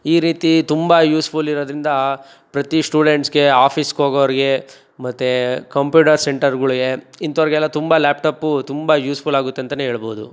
ಈ ರೀತಿ ತುಂಬ ಯೂಸ್ ಫುಲ್ ಇರೋದ್ರಿಂದ ಪ್ರತೀ ಸ್ಟೂಡೆಂಟ್ಸ್ಗೆ ಆಫೀಸ್ಗೋಗೋರ್ಗೆ ಮತ್ತು ಕಂಪ್ಯೂಟರ್ ಸೆಂಟರ್ಗಳಿಗೆ ಇಂಥವ್ರಿಗೆಲ್ಲ ತುಂಬ ಲ್ಯಾಪ್ ಟಾಪ್ ತುಂಬ ಯೂಸ್ಫುಲ್ಲಾಗುತ್ತೆ ಅಂತಲೇ ಹೇಳ್ಬೋದು